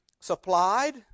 supplied